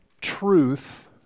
truth